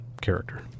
character